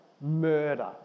murder